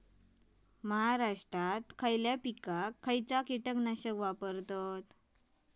महाराष्ट्रात खयच्या पिकाक खयचा कीटकनाशक वापरतत?